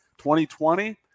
2020